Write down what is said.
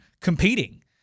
competing